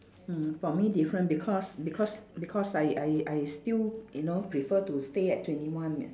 mm for me different because because because I I I still you know prefer to stay at twenty one me~